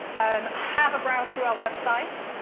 um have a browse through our websites,